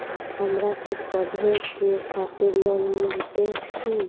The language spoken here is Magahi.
हमरा के पढ़े के खातिर लोन मिलते की?